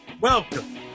welcome